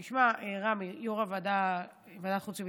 תשמע, רמי, יו"ר ועדת החוץ והביטחון,